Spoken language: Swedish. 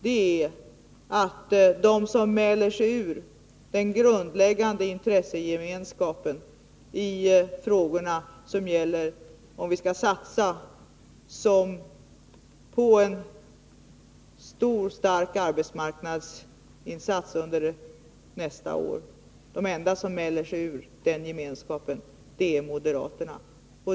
Det är att de enda som mäler sig ur den grundläggande intressegemenskapen när det gäller frågan om vi skall göra en stor, stark arbetsmarknadsinsats nästa år är moderaterna.